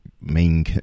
main